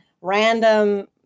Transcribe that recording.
random